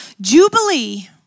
Jubilee